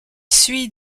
suis